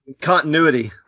Continuity